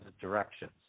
directions